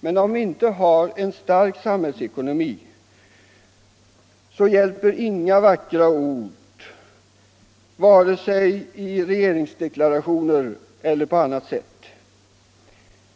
men till slut är det ändå så att om vi inte har en stark samhällsekonomi hjälper inga vackra ord vare sig i regeringsdeklarationer eller på andra håll.